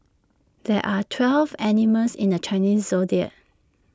there are twelve animals in the Chinese Zodiac